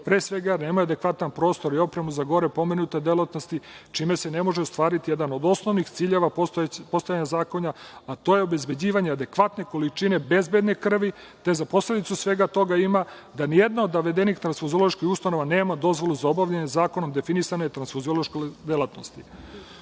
pre svega nemaju adekvatan prostor za gore pomenute delatnosti, čime se ne može ostvariti jedan od osnovnih ciljeva postojanja zakona, a to je obezbeđivanje adekvatne količine bezbedne krvi, te za posledicu svega toga ima da nijedna od navedenih tranfuzioloških ustanova nema dozvolu za obavljanje zakonom definisane tranfuziološke delatnosti. Pored